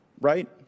right